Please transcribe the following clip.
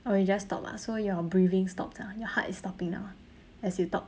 oh you just stop ah so your breathing stops ah your heart is stopping now ah as you talk